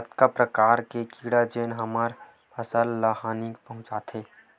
कतका प्रकार के कीड़ा जेन ह हमर फसल ल हानि पहुंचाथे?